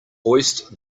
hoist